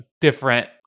different